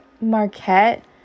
Marquette